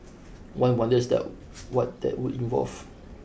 one wonders that what that would involve